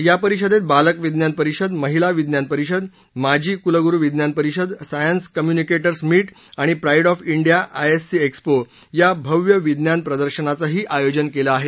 या परिषदेत बालक विज्ञान परिषद महिला विज्ञान परिषद माजी कुलगुरू विज्ञान परिषद सायन्स कम्युनिकेार्से मीठाणि pride of India ISC expo या भव्य विज्ञान प्रदर्शनाचंही आयोजन केलं आहे